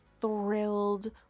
thrilled